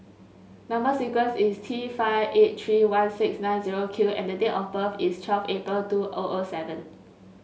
number sequence is T five eight three one six nine zero Q and the date of birth is twelve April two O O seven